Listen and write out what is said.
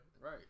right